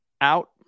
out